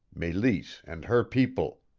meleese and her people.